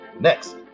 Next